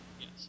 Yes